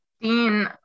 Dean